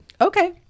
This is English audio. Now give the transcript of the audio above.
Okay